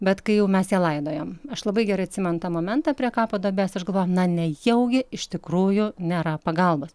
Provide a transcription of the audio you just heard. bet kai jau mes ją laidojom aš labai gerai atsimenu tą momentą prie kapo duobės aš galvoju na nejaugi iš tikrųjų nėra pagalbos